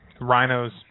rhinos